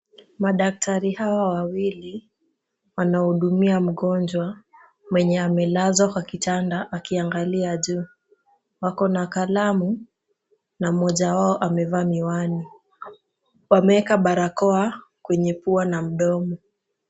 Madaktari hawa wawili wanahudumia mgonjwa mwenye amelazwa kwa kitanda akiangalia juu. Wako na kalamu na mmoja wao amevaa miwani. Wameeka barakoa kwenye pua na mdomo.